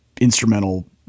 instrumental